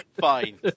fine